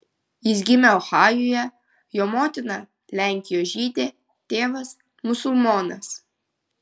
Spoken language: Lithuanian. jis gimė ohajuje jo motina lenkijos žydė tėvas musulmonas